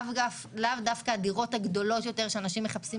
לאו דווקא הדירות הגדולות יותר שאנשים מחפשים